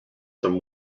some